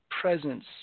presence